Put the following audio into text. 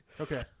Okay